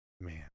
man